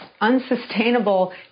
unsustainable